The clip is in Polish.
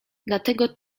dlatego